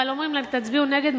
אבל אומרים להם: תצביעו נגד,